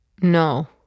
No